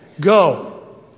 go